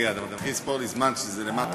רגע, אתה מתחיל לספור לי זמן כשזה למטה.